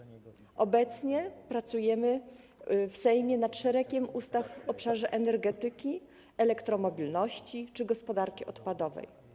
Obecnie pracujemy w Sejmie nad szeregiem ustaw w obszarze energetyki, elektromobilności czy gospodarki odpadowej.